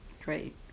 great